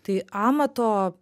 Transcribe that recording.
tai amato